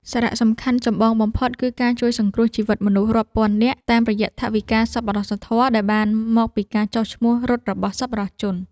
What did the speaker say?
សារៈសំខាន់ចម្បងបំផុតគឺការជួយសង្គ្រោះជីវិតមនុស្សរាប់ពាន់នាក់ តាមរយៈថវិកាសប្បុរសធម៌ដែលបានមកពីការចុះឈ្មោះរត់របស់សប្បុរសជន។